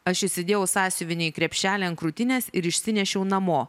aš įsidėjau sąsiuvinį į krepšelį ant krūtinės ir išsinešiau namo